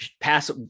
pass